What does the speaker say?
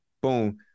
boom